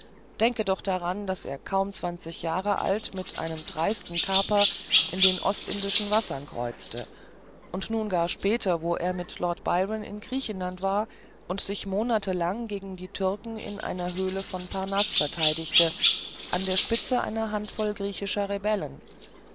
denke doch daran daß er kaum zwanzig jahre alt mit einem dreisten kaper in den ostindischen wassern kreuzte und nun gar später wo er mit lord byron in griechenland war und sich monatelang gegen die türken in einer höhle von parnaß verteidigte an der spitze einer hand voll griechischer rebellen